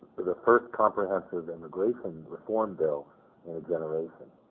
the first comprehensive immigration reform bill and generation.